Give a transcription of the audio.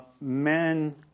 men